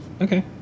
Okay